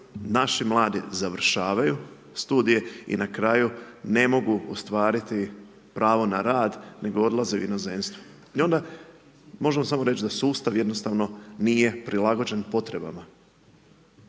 naši mladi završavaju studije i na kraju ne mogu ostvariti pravo na rad nego odlaze u inozemstvo. I onda, možemo samo reći da sustav jednostavno nije prilagođen potrebama,